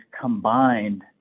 combined